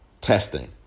Testing